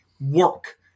work